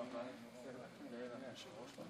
אדוני היושב-ראש,